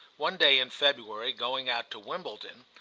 one day in february, going out to wimbledon,